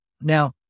Now